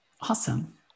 Awesome